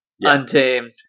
Untamed